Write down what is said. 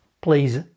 please